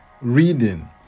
reading